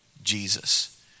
Jesus